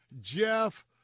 Jeff